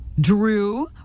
Drew